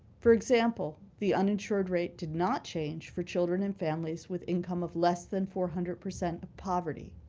for example, the unsureed rate did not change for children and families with income of less than four hundred percent of poverty.